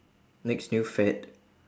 next new fad